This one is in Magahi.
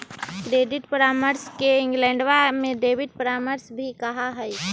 क्रेडिट परामर्श के इंग्लैंडवा में डेबिट परामर्श भी कहा हई